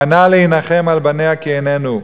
מאנה להנחם על בניה כי איננו".